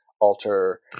alter